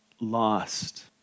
lost